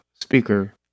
Speaker